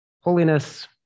Holiness